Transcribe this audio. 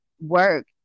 work